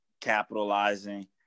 capitalizing